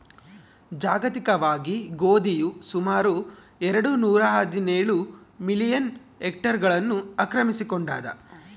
ಜಾಗತಿಕವಾಗಿ ಗೋಧಿಯು ಸುಮಾರು ಎರೆಡು ನೂರಾಹದಿನೇಳು ಮಿಲಿಯನ್ ಹೆಕ್ಟೇರ್ಗಳನ್ನು ಆಕ್ರಮಿಸಿಕೊಂಡಾದ